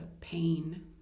pain